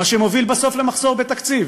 מה שמוביל בסוף למחסור בתקציב.